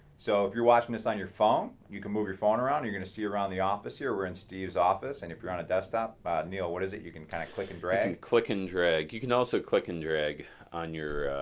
so, if you're watching this on your phone you can move your phone around, you're going to see around the office here were in steve's office and if you're on a desktop neil what is it you can kind of click and drag. you can click and drag. you can also click and drag on your,